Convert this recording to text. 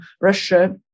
Russia